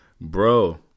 Bro